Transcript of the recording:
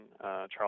Charles